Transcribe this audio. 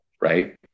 Right